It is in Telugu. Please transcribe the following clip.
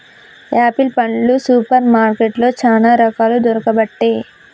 ఆపిల్ పండ్లు సూపర్ మార్కెట్లో చానా రకాలు దొరుకబట్టె